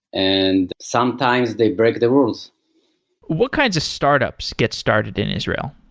and sometimes they break the rules what kinds of startups get started in israel?